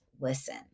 listen